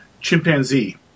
chimpanzee